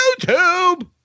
youtube